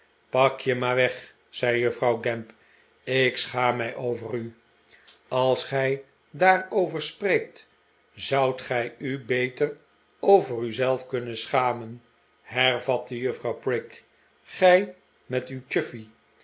pak je maar weg zei juffrouw gamp ik schaam mij over u als gij daarover spreekt zoudt gij u beter over u zelf kunnen schamen hervatte juffrouw prig gij met uw